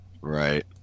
right